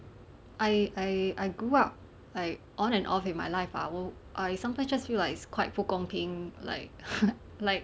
I I I grew up like on and off in my life ah I sometimes just feel like it's quite 不公平 like like